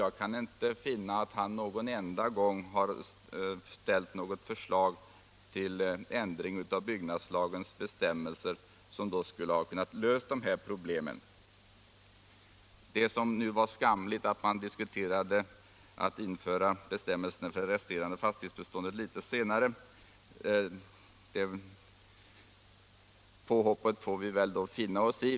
Jag kan inte finna att han någon enda gång har ställt något förslag till ändring av byggnadslagens bestämmelser som skulle ha kunnat lösa dessa problem. Nu skulle det vara skamligt att införa bestämmelserna för det resterande fastighetsbeståndet litet senare. Det påhoppet får vi finna oss i.